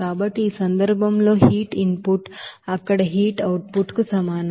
కాబట్టి ఈ సందర్భంలో హీట్ ఇన్ పుట్ అక్కడ హీట్ అవుట్ పుట్ కు సమానం